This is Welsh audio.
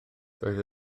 doedd